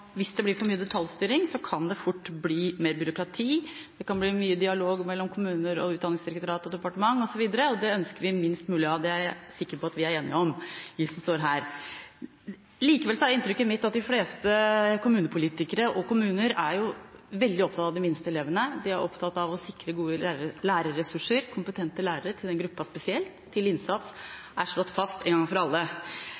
hvis det blir for mye detaljstyring, kan det fort bli mer byråkrati, det kan bli mye dialog mellom kommuner, Utdanningsdirektoratet og departementet osv., og det ønsker vi minst mulig av. Det er jeg sikker på at vi er enige om, vi som står her. Likevel er inntrykket mitt at de fleste kommunepolitikere og kommuner er veldig opptatt av de minste elevene, de er opptatt av å sikre gode lærerressurser, kompetente lærere, til den gruppa spesielt. Tidlig innsats